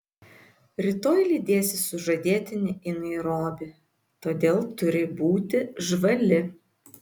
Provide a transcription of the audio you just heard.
rytoj lydėsi sužadėtinį į nairobį todėl turi būti žvali